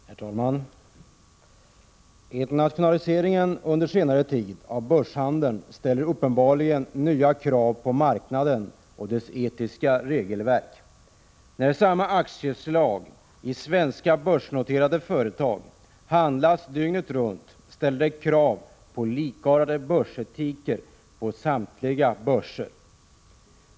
Herr talman! Internationaliseringen under senare tid av börshandeln ställer uppenbarligen nya krav på marknaden och dess etiska regelverk. När samma aktieslag i svenska börsnoterade företag handlas dygnet runt och jorden runt ställer det krav på likartad börsetik på samtliga börser.